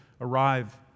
arrive